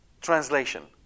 Translation